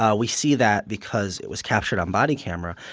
ah we see that because it was captured on body camera.